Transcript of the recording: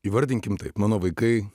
įvardinkim taip mano vaikai